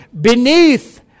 beneath